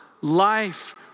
Life